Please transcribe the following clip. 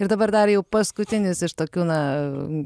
ir dabar dar jau paskutinis iš tokių na